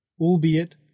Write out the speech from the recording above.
Albeit